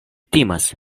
timas